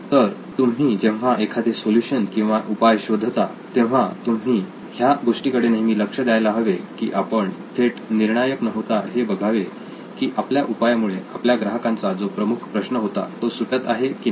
तर तुम्ही जेव्हा एखादे सोल्युशन किंवा उपाय शोधता तेव्हा तुम्ही ह्या गोष्टी कडे नेहमी लक्ष द्यायला हवे की आपण थेट निर्णायक न होता हे बघावे की आपल्या उपायामुळे आपल्या ग्राहकांचा जो प्रमुख प्रश्न होता तो सुटत आहे की नाही